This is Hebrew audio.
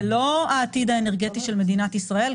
זה לא העתיד האנרגטי של מדינת ישראל,